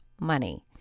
money